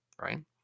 Right